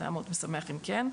זה היה מאוד משמח אם כן.